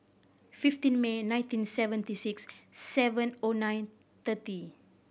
fifteen May nineteen seventy six seven O nine thirty